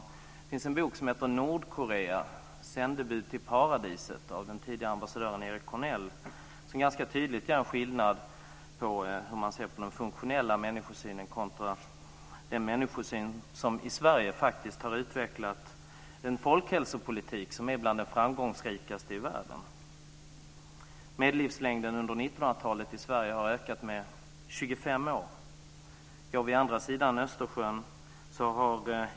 Det finns en bok som heter Nordkorea - Erik Cornell som ganska tydligt gör en skillnad på hur man ser på den funktionella människosynen kontra den människosyn som i Sverige faktiskt har utvecklat en folhälsopolitik som är bland den framgångsrikaste i världen. Medellivslängden har under 1900-talet i Sverige ökat med 25 år. Vi kan gå till andra sidan Östersjön.